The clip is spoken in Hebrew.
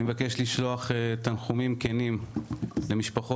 אני מבקש לשלוח תנחומים כנים למשפחות